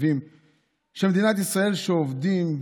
תושבים שעובדים,